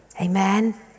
Amen